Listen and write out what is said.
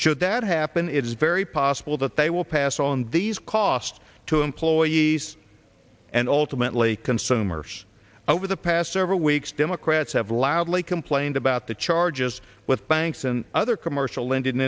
should that happen it is very possible that they will pass on these costs to employees and ultimately consumers over the past several weeks democrats have loudly complained about the charges with banks and other commercial lend